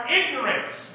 ignorance